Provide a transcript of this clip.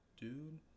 dude